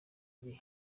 igihe